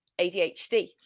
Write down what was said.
ADHD